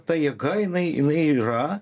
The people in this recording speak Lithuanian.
ta jėga jinai jinai yra